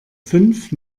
fünf